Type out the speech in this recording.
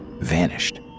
vanished